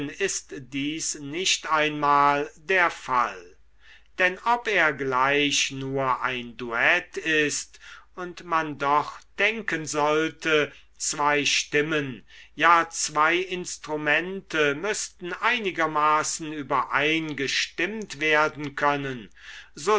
ist dies nicht einmal der fall denn ob er gleich nur ein duett ist und man doch denken sollte zwei stimmen ja zwei instrumente müßten einigermaßen überein gestimmt werden können